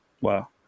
Wow